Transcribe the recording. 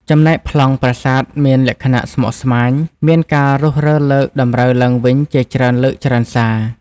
ចំណែកប្លង់ប្រាសាទមានលក្ខណៈស្មុកស្មាញ មានការរុះរើលើក តម្រូវឡើងវិញជាច្រើនលើកច្រើនសា ។